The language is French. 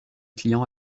client